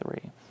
three